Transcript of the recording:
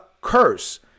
curse